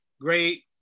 Great